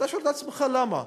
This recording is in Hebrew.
אתה שואל את עצמך, למה?